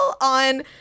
on